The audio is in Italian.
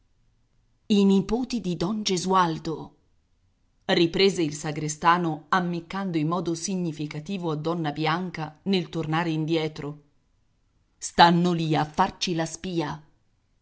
i nipoti di don gesualdo riprese il sagrestano ammiccando in modo significativo a donna bianca nel tornare indietro stanno lì a farci la spia